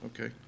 Okay